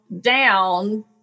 down